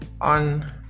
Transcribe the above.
on